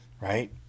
right